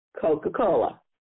Coca-Cola